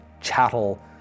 chattel